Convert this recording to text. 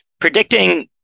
predicting